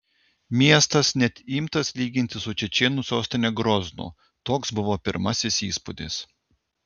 miestas net imtas lyginti su čečėnų sostine groznu toks buvo pirmasis įspūdis